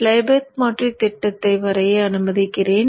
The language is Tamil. ஃப்ளைபேக் மாற்றி திட்டத்தை வரைய அனுமதிக்கிறேன்